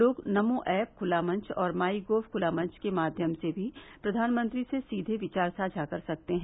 लोग नमो ऐप खुला मंच और माइ गोव खुला मंच के माध्यम से भी प्रधानमंत्री से सीधे विचार साझा कर सकते हैं